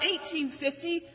1850